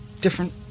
different